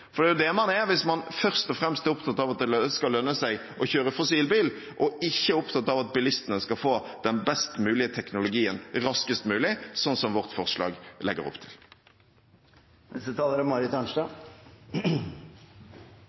det er jo det man er, hvis man først og fremst er opptatt av at det skal lønne seg å kjøre fossilbil, og ikke er opptatt av at bilistene skal få den best mulige teknologien raskest mulig, som vårt forslag legger opp til.